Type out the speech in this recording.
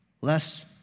less